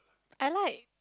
I like